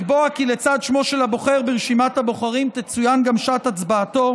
לקבוע כי לצד שמו של הבוחר ברשימת הבוחרים תצוין גם שעת הצבעתו,